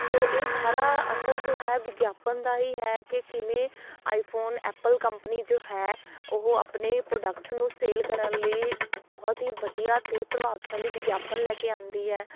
ਸੋ ਇਹ ਸਾਰਾ ਅਸਰ ਜੋ ਹੈ ਵਿਗਿਆਪਨ ਦਾ ਹੀ ਹੈ ਕਿ ਕਿਵੇਂ ਆਈਫੋਨ ਐਪਲ ਕੰਪਨੀ ਜੋ ਹੈ ਓਹ ਆਪਣੇ ਪਰੋਡਕਟਸ ਨੂੰ ਸੇਲ ਕਰਨ ਲਈ ਬਹੁਤ ਹੀ ਵਧੀਆ ਅਤੇ ਪ੍ਰਭਾਵਸ਼ਾਲੀ ਵਿਗਿਆਪਨ ਲੈ ਕੇ ਆਉਂਦੀ ਹੈ